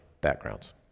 backgrounds